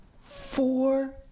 four